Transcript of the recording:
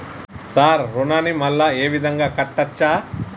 Sir రుణాన్ని మళ్ళా ఈ విధంగా కట్టచ్చా?